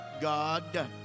God